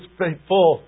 faithful